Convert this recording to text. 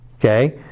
okay